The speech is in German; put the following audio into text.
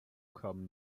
kamen